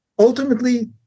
Ultimately